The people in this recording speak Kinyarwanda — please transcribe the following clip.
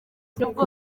nubwo